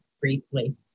briefly